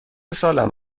سالم